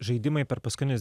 žaidimai per paskutinius